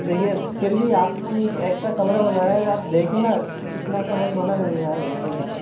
देखिए फिर भी आपको ऐक्स्ट्रा कमरा बनवाया है आप देखिए ना इतना समय थोड़ी न लगेगा उसके अंदर